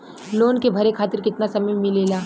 Loan के भरे खातिर कितना समय मिलेला?